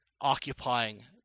occupying